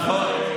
נכון.